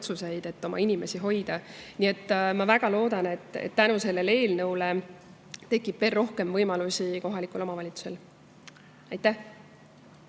et oma inimesi hoida. Nii et ma väga loodan, et tänu sellele eelnõule tekib veel rohkem võimalusi kohalikul omavalitsusel. Aitäh